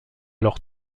leur